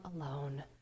alone